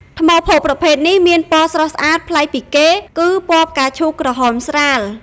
ថ្មភក់ប្រភេទនេះមានពណ៌ស្រស់ស្អាតប្លែកពីគេ គឺពណ៌ផ្កាឈូកក្រហមស្រាល។